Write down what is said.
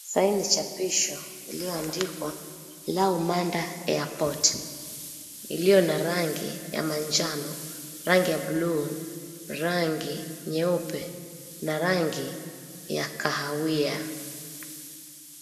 Sahi ni chapisho iliyoandikwa Lau Manda Airport iliyo na rangi ya manjano, rangi ya buluu, rangi nyeupe na rangi ya kahawia.